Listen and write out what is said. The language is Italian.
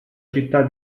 città